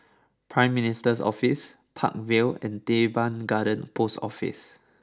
Prime Minister's Office Park Vale and Teban Garden Post Office